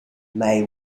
may